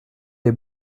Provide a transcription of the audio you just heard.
des